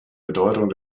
bedeutung